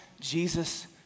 Jesus